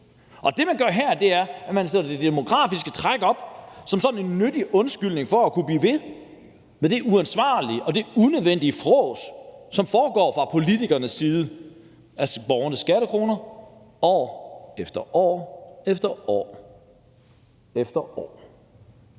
Og det, man gør her, er, at man sætter det demografiske træk op som en nyttig undskyldning for at kunne blive ved med det uansvarlige og unødvendige frås, som foregår fra politikernes side, af borgernes skattekroner år efter år efter år.